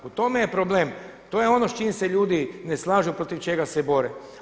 U tome je problem, to je ono s čime se ljudi ne slažu, protiv čega se bore.